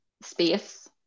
space